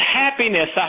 happiness